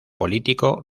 político